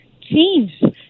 changed